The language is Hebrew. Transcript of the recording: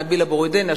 של נביל אבו רודיינה,